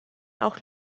auch